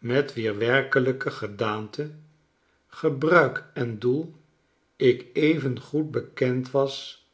met wier werkeijke gedaante gebruik en doel ik evengoed bekend was